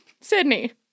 Sydney